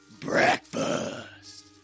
breakfast